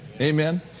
Amen